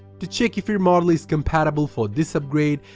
to check if you're model is compatible for this upgrade,